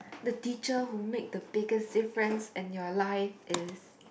the teacher who make the biggest difference in your life is